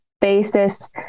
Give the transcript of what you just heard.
basis